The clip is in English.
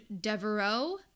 Devereaux